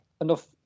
enough